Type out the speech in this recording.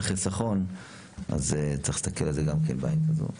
חיסכון וצריך להסתכל על כך בעין כזאת.